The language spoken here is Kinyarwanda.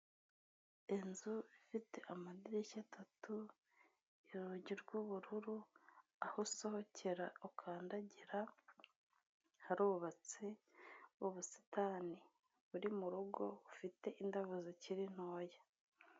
Inzu ifite amadirishya atatu urugi rw'ubururu aho usohokera ukandagira harubatse ubusitani buri murugo bufite indabyo zikiriri ntoya.